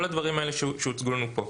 כל הדברים האלה שהוצגו לנו פה.